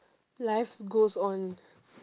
life goes on